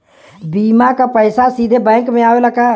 बीमा क पैसा सीधे बैंक में आवेला का?